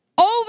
over